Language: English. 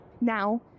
Now